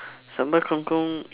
sambal kang-kong